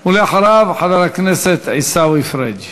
אחריו, חבר הכנסת עיסאווי פריג'.